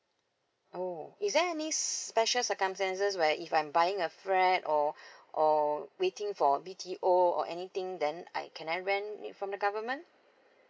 oh is there any special circumstances where if I'm buying a freed or or waiting for a B_T_O or anything then I can I rent from the government